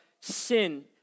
Sin